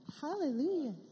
Hallelujah